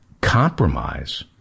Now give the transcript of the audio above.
compromise